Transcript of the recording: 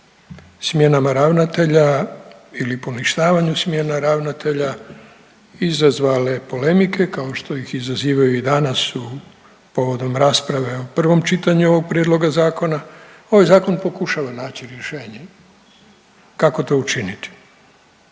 smjenama ravnatelja ili poništavanju smjena ravnatelja izazvale polemike, kao što ih izazivaju i danas u, povodom rasprave u prvom čitanju ovog prijedloga zakona, ovaj zakon pokušava naći rješenje kako to učiniti,